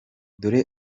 dore